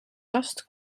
last